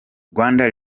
rwanda